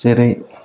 जेरै